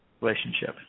relationship